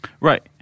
Right